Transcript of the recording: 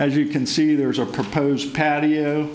as you can see there's a proposed patio